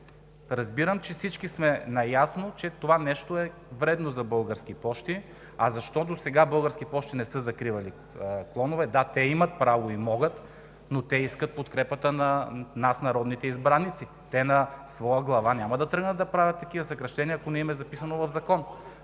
Разбирам, че всички сме наясно, че това нещо е вредно за Български пощи, а защо досега Български пощи не са закривали клонове – да, те имат право и могат, но те искат подкрепата на нас, народните избраници. Те на своя глава няма да тръгнат да правят такива съкращения, ако не им е записано в закон,